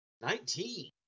Nineteen